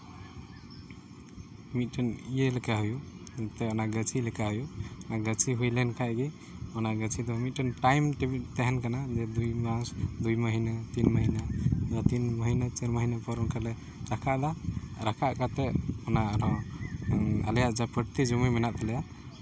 ᱢᱤᱫᱴᱮᱱ ᱤᱭᱟᱹ ᱞᱮᱠᱟ ᱦᱩᱭᱩᱜ ᱢᱮᱱᱛᱮ ᱚᱱᱟ ᱜᱟᱹᱪᱷᱤ ᱞᱮᱠᱟ ᱦᱩᱭᱩᱜ ᱟᱨ ᱜᱟᱹᱪᱷᱤ ᱦᱩᱭ ᱞᱮᱱ ᱠᱷᱟᱡ ᱜᱮ ᱚᱱᱟ ᱜᱟᱹᱪᱷᱤ ᱫᱚ ᱢᱤᱫᱴᱮᱱ ᱴᱟᱭᱤᱢᱼᱴᱮᱵᱤᱞ ᱛᱟᱦᱮᱱ ᱠᱟᱱᱟ ᱢᱤᱫ ᱢᱟᱥ ᱫᱩᱭ ᱢᱟ ᱭᱱᱟᱹ ᱛᱤᱱ ᱢᱟ ᱭᱱᱟᱹ ᱱᱚᱣᱟ ᱛᱤᱱ ᱢᱟᱹᱭᱱᱟᱹ ᱯᱟᱨ ᱢᱟᱹᱭᱱᱟᱹ ᱯᱚᱨ ᱚᱱᱠᱟ ᱞᱮ ᱨᱟᱠᱟᱵᱟ ᱨᱟᱠᱟᱵ ᱠᱟᱛᱮ ᱟᱞᱮᱭᱟᱜ ᱡᱟᱦᱟᱸ ᱯᱨᱚᱛᱛᱮ ᱡᱚᱢᱤ ᱢᱮᱱᱟᱜ ᱛᱟᱞᱮᱭᱟ